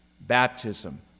baptism